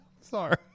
Sorry